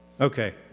Okay